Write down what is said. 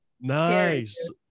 nice